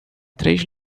três